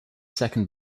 second